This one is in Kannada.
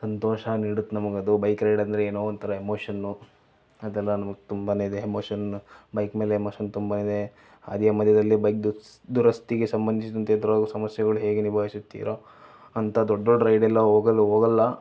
ಸಂತೋಷ ನೀಡುತ್ತೆ ನಮಗದು ಬೈಕ್ ರೈಡ್ ಅಂದರೆ ಏನೋ ಒಂಥರ ಎಮೋಷನ್ ಅದೆಲ್ಲ ನಮಗೆ ತುಂಬಾನೇ ಇದೆ ಎಮೋಷನ್ ಬೈಕ್ ಮೇಲೆ ಎಮೋಷನ್ ತುಂಬ ಇದೆ ಹಾದಿ ಮಧ್ಯದಲ್ಲಿ ಬೈಕ್ ದುಸ್ ದುರಸ್ತಿ ಸಂಬಂಧಿಸಿದಂತೆ ಎದುರಾಗುವ ಸಮಸ್ಯೆಗಳು ಹೇಗೆ ನಿಭಾಯಿಸುತ್ತೀರಾ ಅಂಥ ದೊಡ್ಡ ದೊಡ್ಡ ರೈಡೆಲ್ಲ ಹೋಗಲ್ ಹೋಗಲ್ಲ